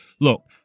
Look